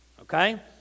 okay